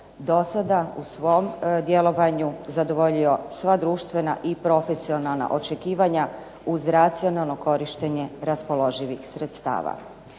do sada u svom djelovanju zadovoljio sva društvena i profesionalna očekivanja uz racionalno korištenje raspoloživih sredstava.